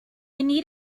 need